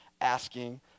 asking